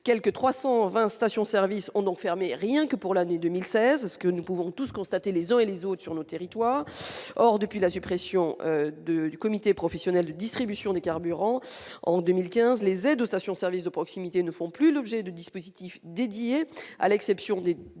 quelque 320 stations-service ont donc fermé, rien que pour l'année 2016, ce que nous pouvons tous constater les uns et les autres sur le territoire, or depuis la suppression de du comité professionnel de distribution des carburants en 2015, les aides aux stations services de proximité ne font plus l'objet de dispositifs dédiés à l'exception des, de